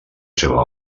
seva